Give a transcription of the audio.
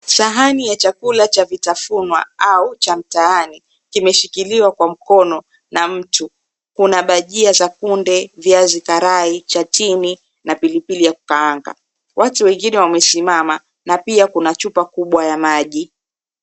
Sahani ya chakula cha vitafuna au cha mtaani kimeshikiliwa kwa mkono na mtu. Kuna bajia za kunde, viazi karai, chatini na pilipili ya 𝑘𝑢𝑘𝑎𝑎𝑛𝑔𝑎. 𝑊atu wengine wamesimama na pia kuna chupa kubwa ya maji.